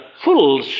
full